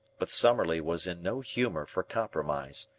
but summerlee was in no humour for compromise.